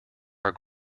are